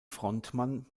frontmann